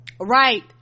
right